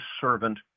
servant